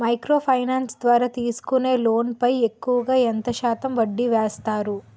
Micro finance ద్వారా తీసుకునే loan పై ఎక్కువుగా ఎంత శాతం వడ్డీ వేస్తారు?